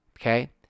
Okay